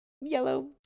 yellow